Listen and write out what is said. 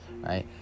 right